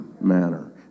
manner